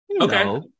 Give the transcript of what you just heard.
Okay